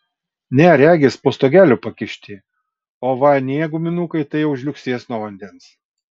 ne regis po stogeliu pakišti o va anie guminukai tai jau žliugsės nuo vandens